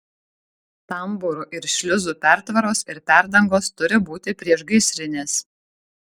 tambūrų ir šliuzų pertvaros ir perdangos turi būti priešgaisrinės